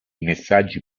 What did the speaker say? messaggi